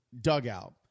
dugout